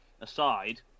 aside